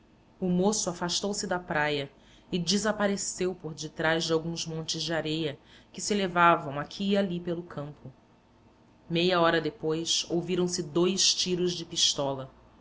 o moço afastou-se da praia e desapareceu por detrás de alguns montes de areia que se elevavam aqui e ali pelo campo meia hora depois ouviram-se dois tiros de pistola